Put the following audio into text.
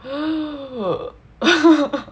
oh